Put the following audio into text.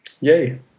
Yay